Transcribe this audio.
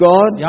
God